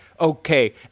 okay